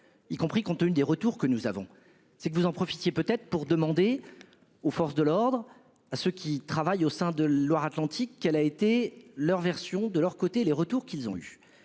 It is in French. y compris compte tenu des retours que nous avons c'est que vous en profitiez peut-être pour demander. Aux forces de l'ordre à ceux qui travaillent au sein de Loire-Atlantique qu'elle a été leur version de leur côté les retours qu'ils ont eu